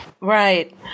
right